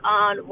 on